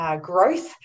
growth